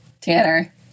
Tanner